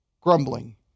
grumbling